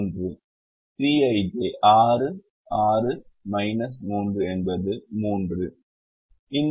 Cij 6 6 3 என்பது 3